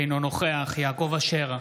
אינו נוכח יעקב אשר,